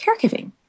caregiving